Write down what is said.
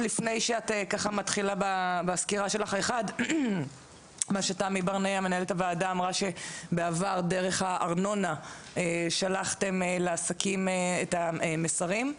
מנהלת הוועדה תמי ברנע אמרה שבעבר דרך הארנונה שלחתם לעסקים מסרים.